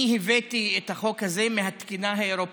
אני הבאתי את החוק הזה מהתקינה האירופית.